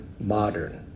modern